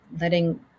letting